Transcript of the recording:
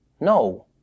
no